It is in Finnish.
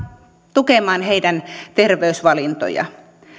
tukemaan heidän terveysvalintojaan